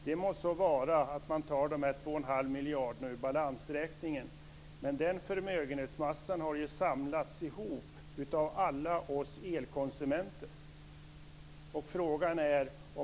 Det må så vara att man tar de 2 1⁄2 miljarderna ur balansräkningen. Men den förmögenhetsmassan har ju samlats ihop av alla oss elkonsumenter.